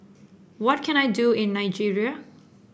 what can I do in Nigeria